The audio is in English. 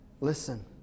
Listen